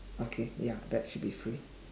okay ya that should be free